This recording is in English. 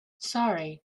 sorry